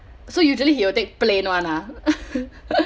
so usually he will take plane [one] ah